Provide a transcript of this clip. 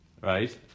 Right